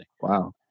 Wow